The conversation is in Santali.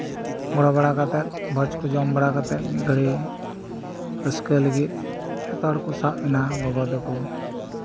ᱜᱚᱲᱚ ᱵᱟᱲᱟ ᱠᱟᱛᱮᱫ ᱵᱷᱚᱡ ᱠᱚ ᱡᱚᱢ ᱵᱟᱲᱟ ᱠᱟᱛᱮᱫ ᱢᱤᱫ ᱜᱷᱟᱹᱲᱤ ᱨᱟᱹᱥᱠᱟᱹ ᱞᱟᱹᱜᱤᱫ ᱡᱚᱛᱚ ᱦᱚᱲ ᱠᱚ ᱥᱟᱵ ᱮᱱᱟ ᱜᱚᱜᱚ ᱛᱟᱠᱚ